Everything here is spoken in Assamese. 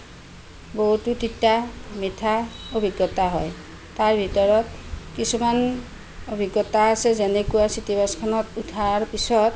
বহুতো তিতা মিঠা অভিজ্ঞতা হয় তাৰ ভিতৰত কিছুমান অভিজ্ঞতা আছে যেনেকুৱা চিটিবাছ খনত উঠাৰ পিছত